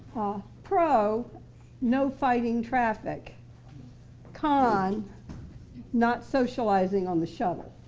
pro no fighting traffic con not socializing on the shuttle.